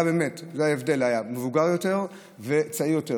היה הבדל: מבוגר יותר וצעיר יותר,